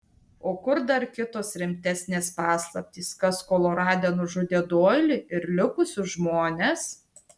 o kur dar kitos rimtesnės paslaptys kas kolorade nužudė doilį ir likusius žmones